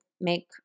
make